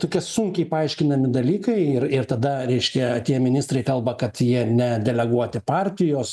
tokie sunkiai paaiškinami dalykai ir ir tada reiškia tie ministrai kalba kad jie nedeleguoti partijos